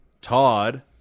Todd